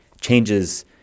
changes